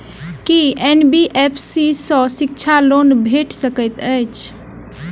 की NBFC सँ शिक्षा loan भेटि सकैत अछि?